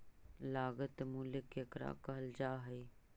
लागत मूल्य केकरा कहल जा हइ?